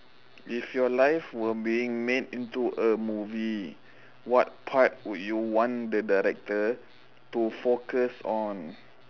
if your life were being made into movie what part would you want the director to focus on